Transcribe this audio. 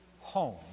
home